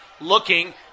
looking